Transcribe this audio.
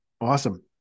Awesome